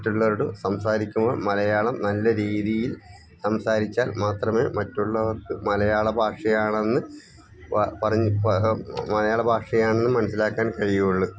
മറ്റുള്ളവരോട് സംസാരിക്കുമ്പോൾ മലയാളം നല്ല രീതിയിൽ സംസാരിച്ചാൽ മാത്രമേ മറ്റുള്ളവർക്ക് മലയാള ഭാഷയാണെന്ന് പ പറഞ്ഞ് മലയാള ഭാഷയാണെന്നു മനസ്സിലാക്കാൻ കഴിയുകയുള്ളു